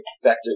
effective